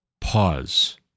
pause